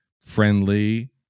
friendly